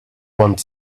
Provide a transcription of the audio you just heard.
want